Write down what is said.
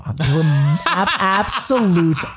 absolute